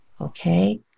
okay